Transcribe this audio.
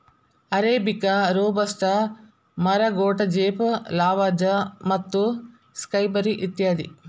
arabica, robusta, ಮರಗೋಡಜೇಪ್, Lavazza ಮತ್ತು ಸ್ಕೈಬರಿ ಇತ್ಯಾದಿ